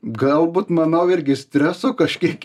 galbūt manau irgi streso kažkiek